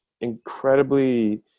incredibly